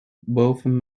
boven